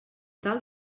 tal